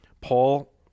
Paul